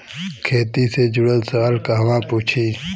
खेती से जुड़ल सवाल कहवा पूछी?